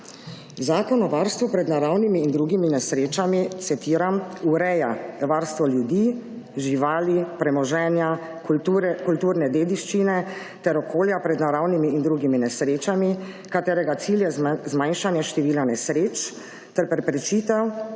Zakon o varstvu pred naravnimi in drugimi nesrečami, citiram, »ureja varstvo ljudi, živali, premoženja, kulturne dediščine ter okolja pred naravnimi in drugimi nesrečami katerega cilj je zmanjšanje števila nesreč ter preprečitev